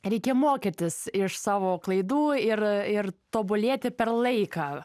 reikia mokytis iš savo klaidų ir ir tobulėti per laiką